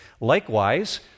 Likewise